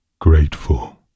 Grateful